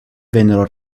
vennero